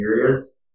areas